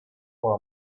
for